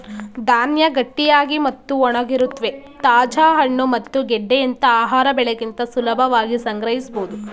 ಧಾನ್ಯ ಗಟ್ಟಿಯಾಗಿ ಮತ್ತು ಒಣಗಿರುತ್ವೆ ತಾಜಾ ಹಣ್ಣು ಮತ್ತು ಗೆಡ್ಡೆಯಂತ ಆಹಾರ ಬೆಳೆಗಿಂತ ಸುಲಭವಾಗಿ ಸಂಗ್ರಹಿಸ್ಬೋದು